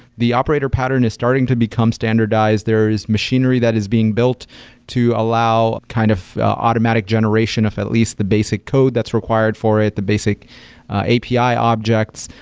the operator pattern is starting to become standardized. there is machinery that is being built to allow kind of automatic generation of at least the basic code that's required for it, the basic api objects.